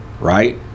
right